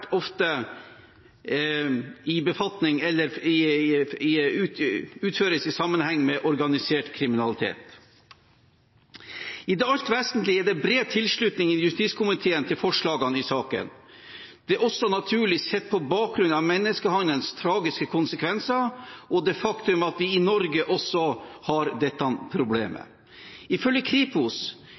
ofte i sammenheng med organisert kriminalitet. I det alt vesentlige er det bred tilslutning i justiskomiteen til forslagene i saken. Det er også naturlig sett på bakgrunn av menneskehandelens tragiske konsekvenser og det faktum at vi i Norge også har dette problemet. Ifølge Kripos